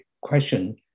question